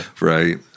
right